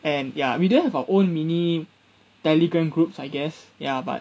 and ya we didn't have our own mini telegram groups I guess ya but